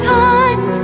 time